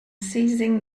seizing